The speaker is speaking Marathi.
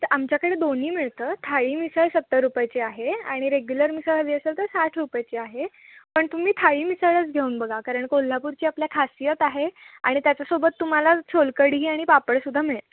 तर आमच्याकडे दोन्ही मिळतं थाळी मिसळ सत्तर रुपयाची आहे आणि रेग्युलर मिसळ हवी असेल तर साठ रुपयाची आहे पण तुम्ही थाळी मिसळच घेऊन बघा कारण कोल्हापूरची आपल्या खासियत आहे आणि त्याच्यासोबत तुम्हाला सोलकढी आणि पापड सद्धा मिळेल